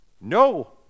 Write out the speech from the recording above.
No